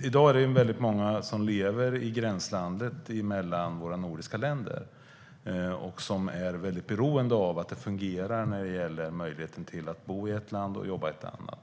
I dag är det många som lever i gränslandet mellan våra nordiska länder och som är beroende av att det fungerar när det gäller möjligheten att bo i ett visst land och jobba i ett annat.